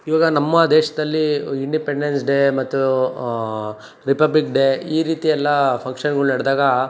ಇವಾಗ ನಮ್ಮ ದೇಶದಲ್ಲಿ ಇಂಡಿಪೆಂಡೆನ್ಸ್ ಡೇ ಮತ್ತು ರಿಪಬ್ಲಿಕ್ ಡೇ ಈ ರೀತಿಯೆಲ್ಲ ಫಂಕ್ಷನ್ಗಳ್ ನಡೆದಾಗ